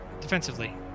Defensively